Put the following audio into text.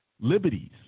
liberties